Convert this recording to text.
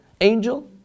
angel